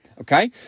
okay